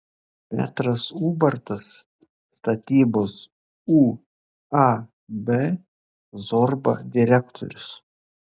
petras ubartas statybos uab zorba direktorius